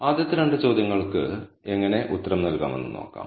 ആദ്യത്തെ രണ്ട് ചോദ്യങ്ങൾക്ക് എങ്ങനെ ഉത്തരം നൽകാമെന്ന് നോക്കാം